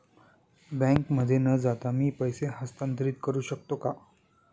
बँकेमध्ये न जाता मी पैसे हस्तांतरित करू शकतो का?